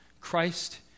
Christ